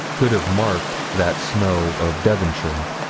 could have marked that snow of devonshire.